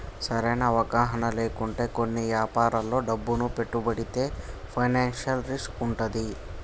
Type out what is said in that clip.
సరైన అవగాహన లేకుండా కొన్ని యాపారాల్లో డబ్బును పెట్టుబడితే ఫైనాన్షియల్ రిస్క్ వుంటది